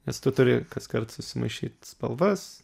nes tu turi kaskart sumaišyt spalvas